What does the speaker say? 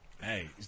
Hey